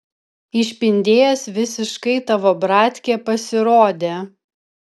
išpindėjęs visiškai tavo bratkė pasirodė